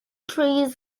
trees